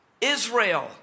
Israel